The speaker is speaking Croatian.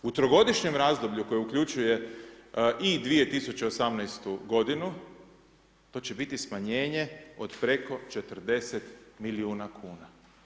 U trogodišnjem razdoblju koje uključuje i 2018. godinu to će biti smanjenje od preko 40 miliona kuna.